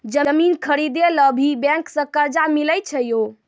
जमीन खरीदे ला भी बैंक से कर्जा मिले छै यो?